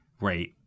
right